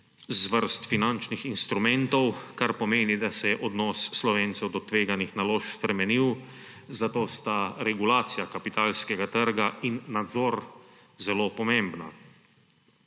zvrst finančnih instrumentov, kar pomeni, da se je odnos Slovencev do tveganih naložb spremenil, zato sta regulacija kapitalskega trga in nadzor zelo pomembna.